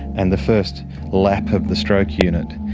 and the first lap of the stroke unit,